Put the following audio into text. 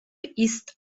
ist